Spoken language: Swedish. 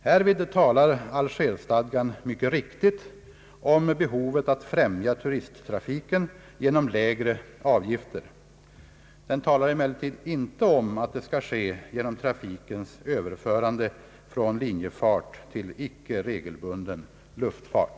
Härvid talar Algerstadgan mycket riktigt om behovet att främja turisttrafiken genom lägre avgifter. Den talar emellertid inte om att det skall ske genom trafikens överförande från linjefart till icke regelbunden luftfart.